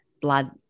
blood